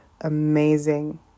amazing